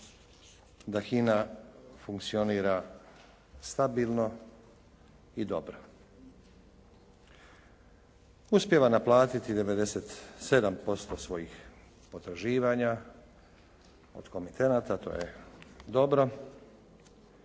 da HINA funkcionira stabilno i dobro. Uspijeva naplatiti 97% svojih potraživanja od komitenata, to je dobro